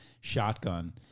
shotgun